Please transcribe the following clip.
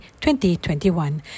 2021